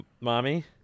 Mommy